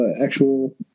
actual